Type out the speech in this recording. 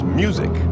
music